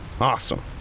Awesome